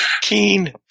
Keen